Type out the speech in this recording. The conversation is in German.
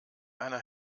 einer